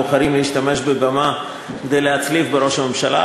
בוחרים להשתמש בבמה כדי להצליף בראש הממשלה.